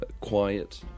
quiet